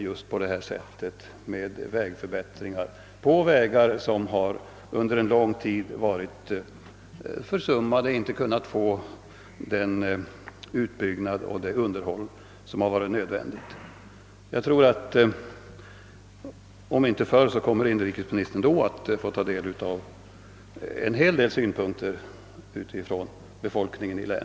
Människorna där är i stort behov av förbättring av Ssådana vägar, som under lång tid försummats och som inte blivit utbyggda och fått det underhåll som varit nödvändigt. Vid de uppvaktningarna kommer inrikesministern om inte förr att få del av många synpunkter från ortsbefolkningen.